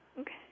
Okay